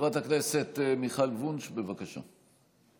חברת הכנסת מיכל וונש, בבקשה.